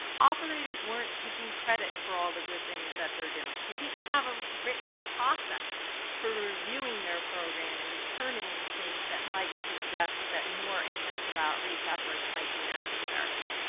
operators weren't taking credit for all the good things that they're doing. they didn't have a written process for reviewing their program and determining the things that might suggest that more intensive outreach efforts might be necessary.